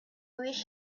wish